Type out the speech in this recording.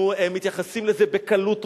אנחנו מתייחסים לזה בקלות ראש.